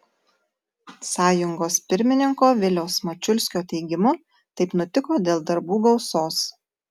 sąjungos pirmininko viliaus mačiulskio teigimu taip nutiko dėl darbų gausos